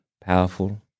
powerful